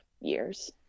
years